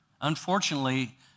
unfortunately